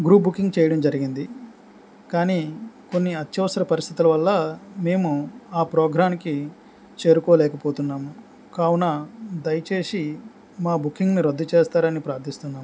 group booking చెయ్యడం జరిగింది కానీ కొన్ని అత్యవసర పరిస్థితుల వల్ల మేము ఆ ప్రోగ్రామ్కి చేరుకోలేకపోతున్నాను కావున దయచేసి మా బుకింగ్ని రద్దు చేస్తారని ప్రార్థిస్తున్నాము